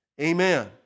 Amen